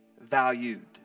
valued